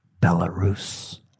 Belarus